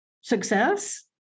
success